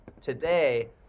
today